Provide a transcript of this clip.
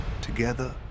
Together